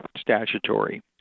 statutory